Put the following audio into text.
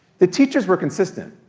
the teachers were consistent.